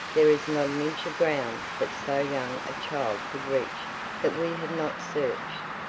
there is not an inch of ground that so young a child could reach that we have not searched.